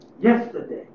yesterday